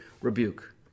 rebuke